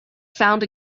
found